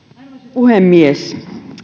puhemies